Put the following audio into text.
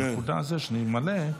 הנקודה הזאת שאני מעלה,